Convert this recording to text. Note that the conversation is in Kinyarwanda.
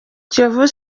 kiyovu